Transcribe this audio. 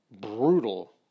brutal